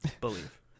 believe